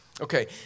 Okay